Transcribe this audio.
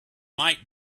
might